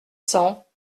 cents